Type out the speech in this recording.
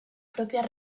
propias